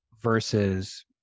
Versus